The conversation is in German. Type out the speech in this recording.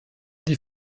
die